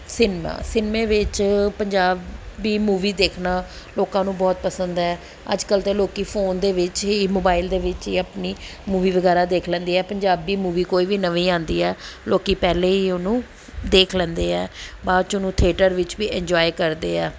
cinema ਸਿਨਮੇ ਵਿੱਚ Punjabi movie ਦੇਖਣਾ ਲੋਕਾਂ ਨੂੰ ਬਹੁਤ ਪਸੰਦ ਹੈ ਅੱਜ ਕੱਲ੍ਹ ਦੇ ਲੋਕ ਫੋਨ ਦੇ ਵਿੱਚ ਹੀ ਮੋਬਾਈਲ ਦੇ ਵਿੱਚ ਹੀ ਆਪਣੀ ਮੂਵੀ ਵਗੈਰਾ ਦੇਖ ਲੈਂਦੇ ਆ ਪੰਜਾਬੀ ਮੂਵੀ ਕੋਈ ਵੀ ਨਵੀਂ ਆਉਂਦੀ ਹੈ ਲੋਕ ਪਹਿਲੇ ਹੀ ਉਹਨੂੰ ਦੇਖ ਲੈਂਦੇ ਹੈ ਬਾਅਦ 'ਚ ਉਹਨੂੰ ਥਿਏਟਰ ਵਿੱਚ ਵੀ ਇੰਜੋਏ ਕਰਦੇ ਆ